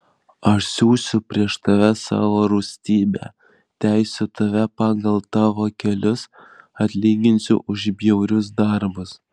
aš siųsiu prieš tave savo rūstybę teisiu tave pagal tavo kelius atlyginsiu už bjaurius darbus